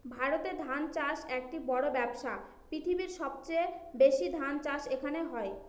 ভারতে ধান চাষ একটি বড়ো ব্যবসা, পৃথিবীর সবচেয়ে বেশি ধান চাষ এখানে হয়